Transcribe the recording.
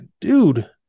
dude